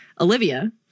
Olivia